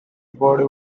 body